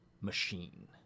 machine